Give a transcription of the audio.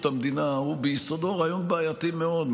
המדינה הוא ביסודו רעיון בעייתי מאוד,